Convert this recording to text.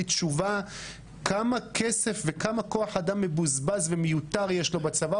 תשובה כמה כסף וכמה כוח אדם מבוזבז ומיותר יש לו בצבא,